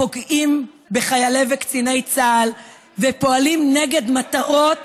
פוגעים בחיילי וקציני צה"ל ופועלים נגד המטרות